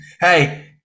Hey